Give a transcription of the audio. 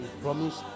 promise